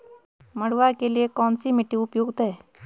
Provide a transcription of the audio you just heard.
मंडुवा के लिए कौन सी मिट्टी उपयुक्त है?